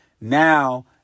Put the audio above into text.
Now